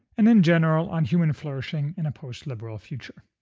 and, in general, on human flourishing in a post-liberal future.